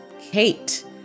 Kate